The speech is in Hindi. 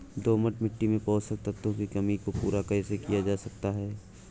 दोमट मिट्टी में पोषक तत्वों की कमी को पूरा कैसे किया जा सकता है?